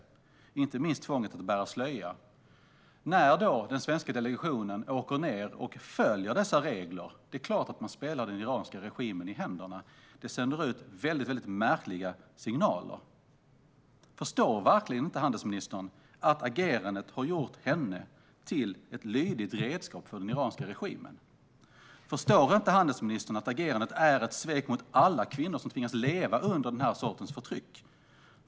Det gäller inte minst tvånget att bära slöja. När den svenska delegationen följer dessa regler är det klart att man spelar den iranska regimen i händerna. Det sänder ut märkliga signaler. Förstår verkligen inte handelsministern att agerandet har gjort henne till ett lydigt redskap för den iranska regimen? Förstår inte handelsministern att agerandet är ett svek mot alla kvinnor som tvingas leva under den sortens förtryck?